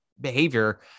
behavior